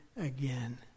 again